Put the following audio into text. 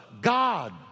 God